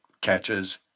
catches